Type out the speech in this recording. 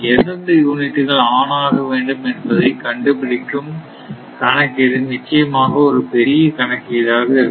எந்தெந்த யூனிட்டுகள் ஆன் ஆக வேண்டும் என்பதை கண்டுபிடிக்கும் கணக்கீடு நிச்சயமாக ஒரு பெரிய கணக்கீடாக இருக்கும்